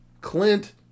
Clint